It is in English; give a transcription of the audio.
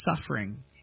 suffering